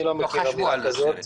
אני לא מכיר אמירה כזאת.